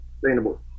sustainable